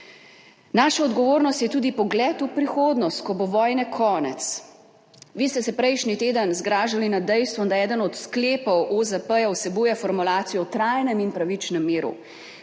Naša odgovornost je tudi pogled v prihodnost, ko bo vojne konec. Vi ste se prejšnji teden zgražali nad dejstvom, da eden od sklepov OZP vsebuje formulacijo o trajnem in pravičnem miru.